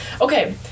Okay